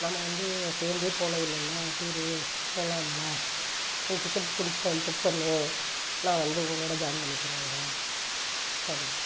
நம்ம வந்து சேர்ந்தே போனதில்லல்லை டூரு போகலாம்ல நீ டிக்கெட் ஃபுக் பண் புக் பண்ணு நான் வந்து உங்களோடு ஜாயின் பண்ணிக்கிறோம் அங்கே சரி